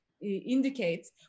indicates